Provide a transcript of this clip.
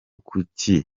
kuki